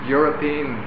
European